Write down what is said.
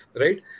Right